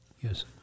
Yes